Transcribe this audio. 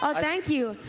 thank you.